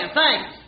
thanks